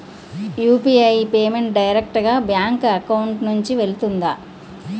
UPI payment direct గా bank account నుంచి వెళ్తుందా?